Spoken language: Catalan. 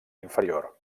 inferior